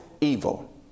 evil